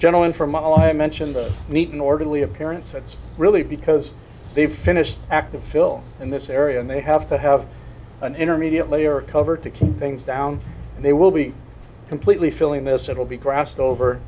gentlemen from all i mentioned the neat and orderly appearance it's really because they've finished active fill in this area and they have to have an intermediate layer cover to keep things down and they will be completely filling this it'll be grassed over